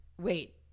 Wait